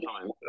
time